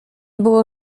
było